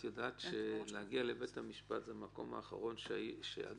את יודע שלהגיע לבית המשפט, זה המקום האחרון שאדם